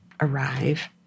arrive